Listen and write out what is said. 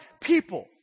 people